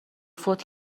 فوت